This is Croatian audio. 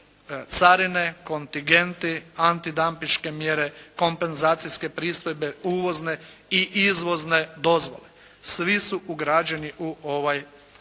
carine, kontingenti, anti dampiške mjere, kompenzacijske pristojbe, uvozne i izvozne dozvole. Svi su ugrađeni u ovaj zakon.